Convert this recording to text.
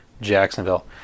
Jacksonville